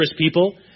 people